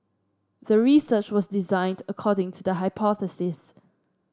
the research was designed according to the hypothesis